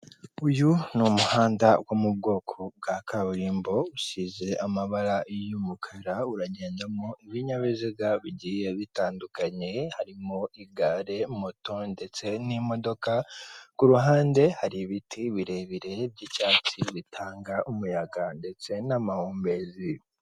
Uyu ni umuhanda wo mubwoko bwa kaburimbo usize amabara y'umukara uragendamo ibinyabiziga bigiye bitandukanye harimo igare, moto ndetse n'imodoka kuruhande hari ibiti birebire n'ibyatsi bitanga umuyaga ndetse n'amahumbezi.